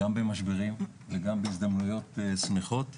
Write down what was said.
גם במשברים וגם בהזדמנויות שמחות.